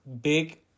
big